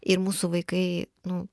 ir mūsų vaikai nu